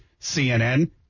CNN